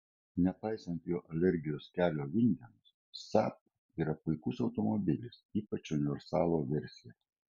nepaisant jo alergijos kelio vingiams saab yra puikus automobilis ypač universalo versija